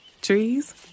Trees